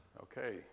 Okay